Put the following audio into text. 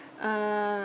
uh